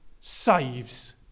saves